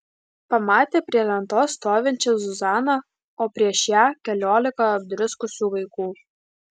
pamatė prie lentos stovinčią zuzaną o prieš ją keliolika apdriskusių vaikų